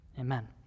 amen